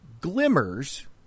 glimmers